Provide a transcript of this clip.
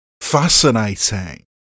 fascinating